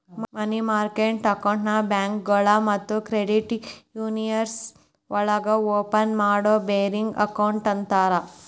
ಮನಿ market ಅಕೌಂಟ್ನ ಬ್ಯಾಂಕೋಳಗ ಮತ್ತ ಕ್ರೆಡಿಟ್ ಯೂನಿಯನ್ಸ್ ಒಳಗ ಓಪನ್ ಮಾಡೋ ಬೇರಿಂಗ್ ಅಕೌಂಟ್ ಅಂತರ